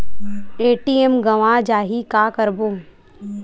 ATM गवां जाहि का करबो?